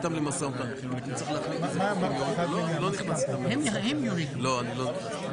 נמצא כאן סגן השר אלון שוסטר